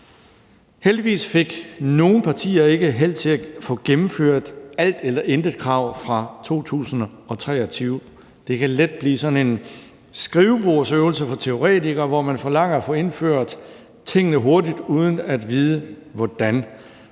Heldigvis fik nogle partier ikke held til at få gennemført alt eller intet-krav fra 2023. Det kan let blive sådan en skrivebordsøvelse for teoretikere, hvor man forlanger at få indført tingene hurtigt uden at vide hvordan.